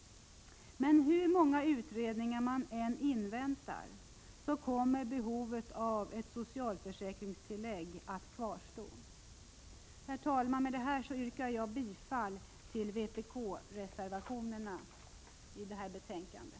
Men hur många utredningar man än inväntar kommer behovet av ett socialförsäkringstillägg att kvarstå. Herr talman! Med detta yrkar jag bifall till vpk-reservationerna i betänkandet.